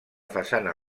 façana